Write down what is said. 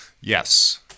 Yes